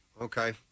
Okay